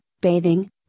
bathing